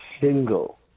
single